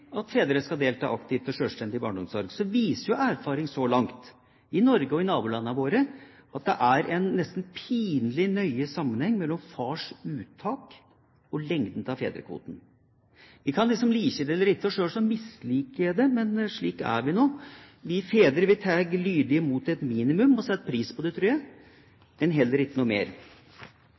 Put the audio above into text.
at fedre skal delta aktivt og selvstendig i barneomsorg, viser erfaring så langt, i Norge og i nabolandene våre, at det er en nesten pinlig nøye sammenheng mellom fars uttak og lengden av fedrekvoten. Vi kan like det eller ikke – selv misliker jeg det – men slik er vi nå, vi fedre. Vi tar lydig imot et minimum, og setter pris på det, tror jeg, men heller ikke noe mer.